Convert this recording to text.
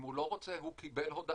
אם הוא לא רוצה, הוא קיבל הודעה.